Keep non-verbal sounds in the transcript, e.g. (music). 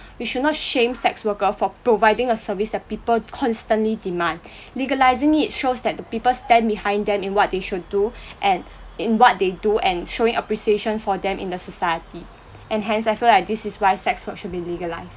you shall not shame sex worker for providing a service that people constantly demand (breath) legalising it shows that the people stand behind them in what they should do and in what they do and showing appreciation for them in the society and hence I feel like this is why sex work should be legalised